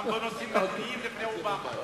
גם בנושאים ערכיים לפני אובמה.